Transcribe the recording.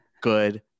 good